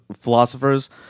philosophers